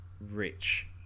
rich